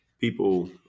people